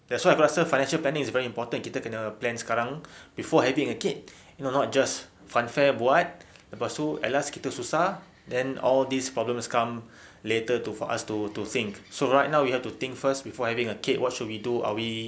that's why aku rasa financial planning is very important kita kena plan sekarang before having a kid you know not just funfair buat lepas tu at last kita susah then all these problems come later for us to think so right now we have to think first before having a kid what should we are we